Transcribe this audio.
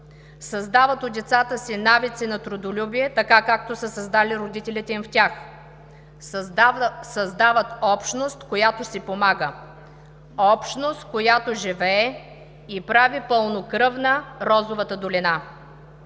Създават у децата си навици на трудолюбие, така както са създали родителите им в тях. Създават общност, която си помага, общност, която живее и прави пълнокръвна Розовата долина.